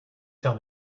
tell